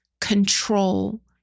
control